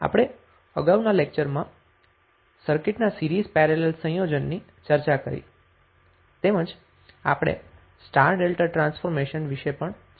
આપણે અગાઉના લેક્ચર માં સર્કિટ ના સીરીઝ પેરેલલ સંયોજનની ચર્ચા કરી તેમજ આપણે સ્ટાર ડેલ્ટા ટ્રાન્સફોર્મેશન વિશે પણ ચર્ચા કરી હતી